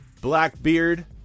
Blackbeard